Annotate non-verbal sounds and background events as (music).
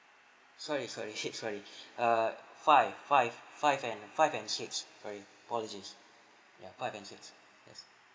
sorry sorry six sorry (breath) uh five five five and five and six sorry apologies ya five and six yes